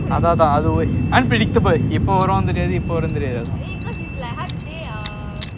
அதான் அதான் அது ஒரு:athaan athaan athu oru unpredictable